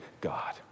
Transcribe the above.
God